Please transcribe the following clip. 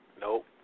nope